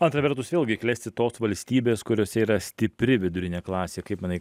antra vertus vėlgi klesti tos valstybės kuriose yra stipri vidurinė klasė kaip manai